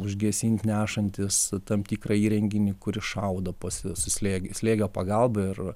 užgesint nešantis tam tikrą įrenginį kuris šaudo pasi su slė slėgio pagalba ir